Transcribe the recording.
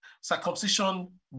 circumcision